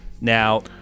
Now